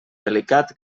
delicat